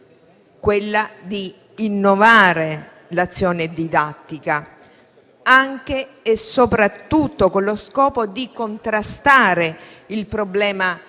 quella di innovare l'azione didattica, anche e soprattutto con lo scopo di contrastare il problema